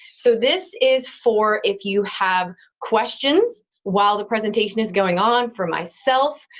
so this is for if you have questions while the presentation is going on for myself,